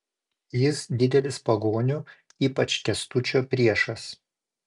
jis didelis pagonių ypač kęstučio priešas